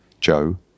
Joe